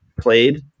played